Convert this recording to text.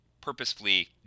purposefully